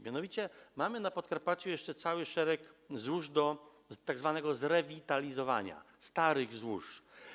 Mianowicie mamy na Podkarpaciu jeszcze cały szereg złóż do tzw. zrewitalizowania, starych złóż.